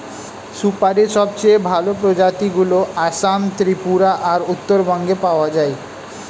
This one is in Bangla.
সুপারীর সবচেয়ে ভালো প্রজাতিগুলো আসাম, ত্রিপুরা আর উত্তরবঙ্গে পাওয়া যায়